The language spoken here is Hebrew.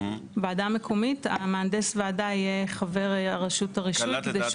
ועדה מקומית המהנדס ועדה יהיה חבר הרשות הרישוי.